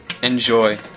Enjoy